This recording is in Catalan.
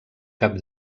cap